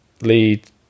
Lead